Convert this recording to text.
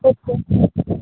એટલે